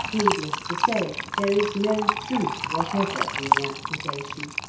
needless to say, there is no truth whatever in the accusation,